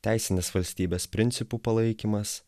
teisinės valstybės principų palaikymas